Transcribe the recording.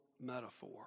metaphor